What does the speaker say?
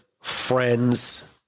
Friends